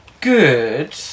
good